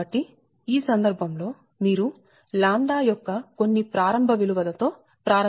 కాబట్టి ఈ సందర్భం లో మీరు 𝜆 యొక్క కొన్ని ప్రారంభ విలువల తో ప్రారంభించాలి